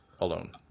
alone